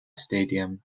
stadium